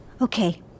Okay